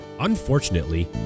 Unfortunately